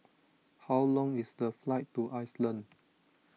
how long is the flight to Iceland